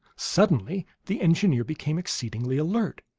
suddenly the engineer became exceedingly alert.